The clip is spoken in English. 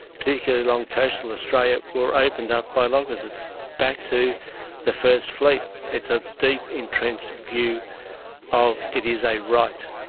particularly along coastal australia, were opened up by loggers. it's back to the first fleet. it's a deep entrenched view of it is a right.